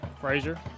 Frazier